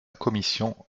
commission